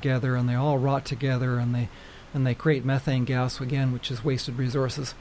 together and they all rot together and they and they create methane gas within which is waste of resources